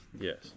yes